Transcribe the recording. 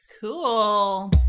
Cool